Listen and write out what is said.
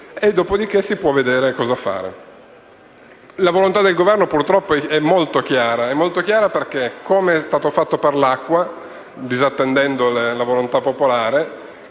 dopodiché si può vedere cosa fare. La volontà del Governo purtroppo è molto chiara; come è stato fatto per l'acqua, disattendendo la volontà popolare,